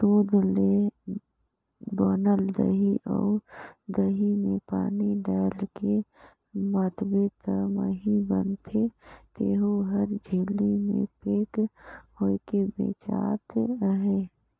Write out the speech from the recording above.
दूद ले बनल दही अउ दही में पानी डायलके मथबे त मही बनथे तेहु हर झिल्ली में पेक होयके बेचात अहे